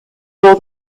saw